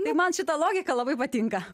tai man šita logika labai patinka